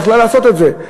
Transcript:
הייתה יכולה לעשות את זה,